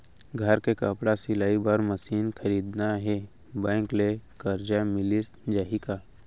घर मे कपड़ा सिलाई बार मशीन खरीदना हे बैंक ले करजा मिलिस जाही का?